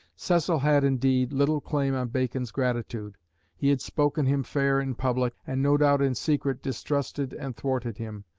cecil had, indeed, little claim on bacon's gratitude he had spoken him fair in public, and no doubt in secret distrusted and thwarted him.